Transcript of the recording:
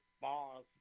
bars